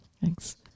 thanks